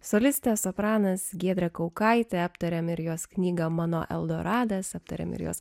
solistė sopranas giedrė kaukaitė aptarėme ir jos knygą mano eldoradas aptarėme ir jos